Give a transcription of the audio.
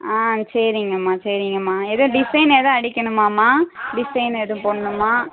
ஆ சரிங்கம்மா சரிங்கம்மா எதுவும் டிசைன் எதுவும் அடிக்கணுமாம்மா டிசைன் ஏதும் போடணுமா